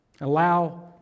Allow